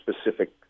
specific